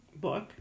book